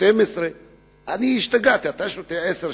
12. אני השתגעתי: אתה שותה 10,